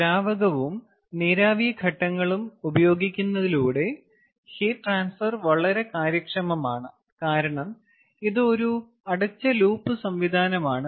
ദ്രാവകവും നീരാവി ഘട്ടങ്ങളും ഉപയോഗിക്കുന്നതിലൂടെ ഹീറ്റ് ട്രാൻസ്ഫർ വളരെ കാര്യക്ഷമമാണ് കാരണം ഇത് ഒരു അടച്ച ലൂപ്പ് സംവിധാനമാണ്